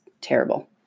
terrible